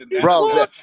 bro